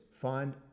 find